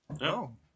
No